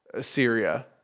Syria